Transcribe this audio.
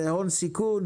זה הון סיכון,